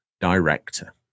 director